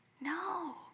No